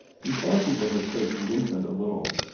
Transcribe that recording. he fancied that her face lengthened a little,